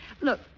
Look